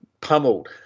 pummeled